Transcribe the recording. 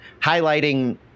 highlighting